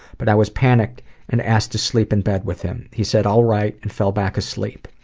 but i was panicked and asked to sleep in bed with him. he said all right and fell back asleep.